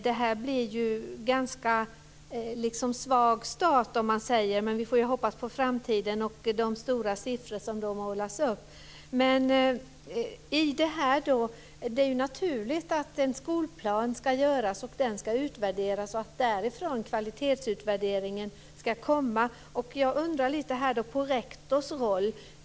Det här blir ju en ganska svag start om man säger. Men vi får hoppas på framtiden och de stora siffror som då målas upp. Det är naturligt att en skolplan ska göras. Den ska utvärderas och därifrån ska sedan kvalitetsutvärderingen komma. Jag funderar lite på rektors roll.